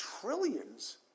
trillions